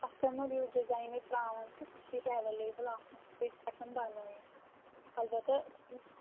customer یُس design ییٚتہِ ترٛاوَان چھِ سُہ چھِ ییٚتہِ ایویلیبٕل آسَان بیٚیہِ ہٮ۪کان بَنٲیِتھ البتہ